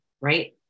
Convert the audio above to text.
right